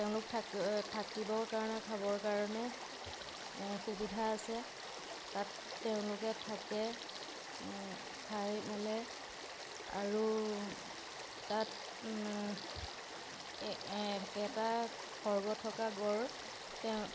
তেওঁলোক থাক থাকিবৰ কাৰণে খাবৰ কাৰণে সুবিধা আছে তাত তেওঁলোকে থাকে খাই মেলে আৰু তাত এটা খৰ্গ থকা গঁড় তেওঁ